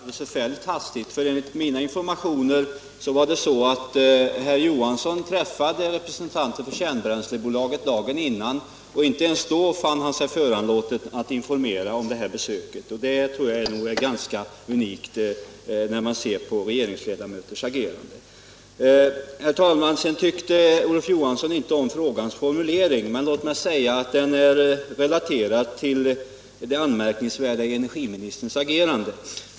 Herr talman! I så fall måste besöket ha bestämts alldeles förfärligt hastigt, för enligt mina informationer träffade herr Johansson representanter för kärnbränslebolaget dagen innan. Inte ens då fann han sig föranlåten att informera om besöket, och det tror jag är något ganska unikt när det gäller regeringsledamöters agerande. Sedan tyckte Olof Johansson inte om frågans formulering. Den är emellertid relaterad till det anmärkningsvärda i energiministerns agerande.